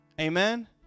Amen